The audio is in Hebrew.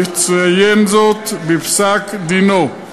הוא יציין זאת בפסק-דינו.